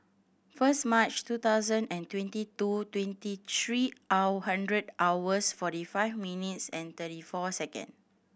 first March two thousand and twenty two twenty three hour hundred hours forty five minutes and thirty four second